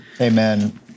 Amen